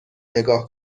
نگاه